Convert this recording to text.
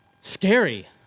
scary